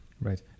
Right